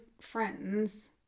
friends